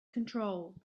control